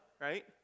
right